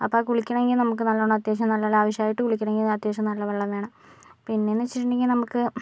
അപ്പം കുളിക്കണമെങ്കിൽ നമുക്ക് വെള്ളം അത്യാവശ്യം നല്ല ലാവിഷായിട്ട് കുളിക്കണമെങ്കിൽ അത്യാവശ്യം നല്ല വെള്ളം വേണം പിന്നേന്ന് വച്ചിട്ടുണ്ടെങ്കിൽ നമുക്ക്